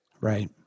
Right